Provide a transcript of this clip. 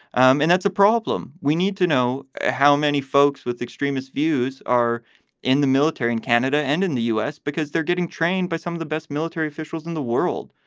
um and that's a problem. we need to know how many folks with extremist views are in the military, in canada and in the u s. because they're getting trained by some of the best military officials in the world.